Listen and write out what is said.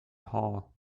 hall